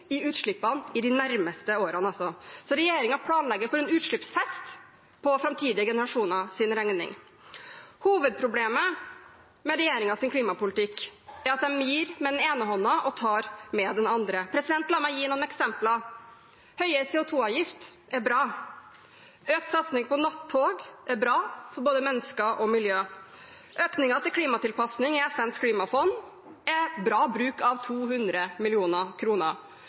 i utslippene de nærmeste årene. Så regjeringen planlegger for en utslippsfest for framtidige generasjoners regning. Hovedproblemet med regjeringens klimapolitikk er at de gir med den ene hånden og tar med den andre. La meg gi noen eksempler: Høyere CO 2 -avgift er bra, økt satsing på nattog er bra for både mennesker og miljø, og økningen til klimatilpasning i FNs klimafond er bra bruk av 200